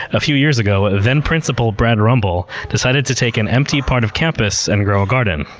a few years ago, ah then-principal brad rumble decided to take an empty part of campus and grow a garden.